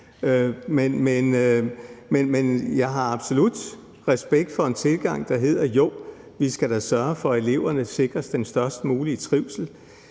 Men jeg har absolut respekt for en tilgang, der hedder: Jo, vi skal da sørge for, at eleverne sikres den størst mulige trivsel.